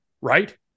right